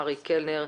אריק קלנר,